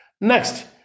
Next